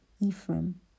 Ephraim